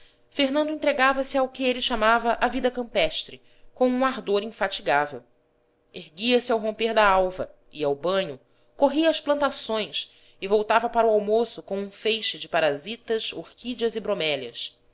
rurais fernando entregava-se ao que ele chamava a vida campestre com um ardor infatigável erguia-se ao romper da alva ia ao banho corria as plantações e voltava para o almoço com um feixe de parasitas orquídeas e bromélias